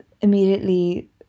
immediately